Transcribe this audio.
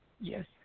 Yes